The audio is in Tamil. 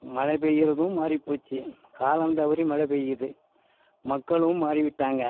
மழை பெய்கிறதும் மாறி போச்சு காலம் தவறி மழை பெய்யுது மக்களும் மாறி விட்டாங்க